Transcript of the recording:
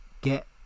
get